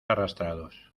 arrastrados